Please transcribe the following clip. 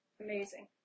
amazing